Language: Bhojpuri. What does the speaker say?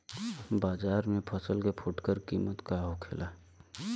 बाजार में फसल के फुटकर कीमत का होखेला?